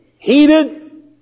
heated